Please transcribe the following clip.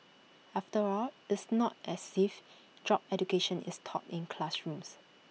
after all it's not as if job education is taught in classrooms